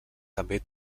també